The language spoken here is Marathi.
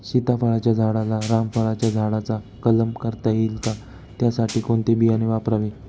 सीताफळाच्या झाडाला रामफळाच्या झाडाचा कलम करता येईल का, त्यासाठी कोणते बियाणे वापरावे?